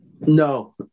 No